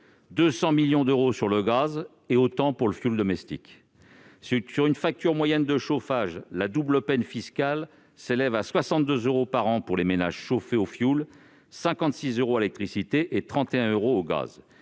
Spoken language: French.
200 millions d'euros sur le gaz et autant sur le fioul domestique. Sur une facture moyenne de chauffage, la « double peine fiscale » s'élève à 62 euros par an pour les ménages chauffés au fioul, à 56 euros pour les ménages chauffés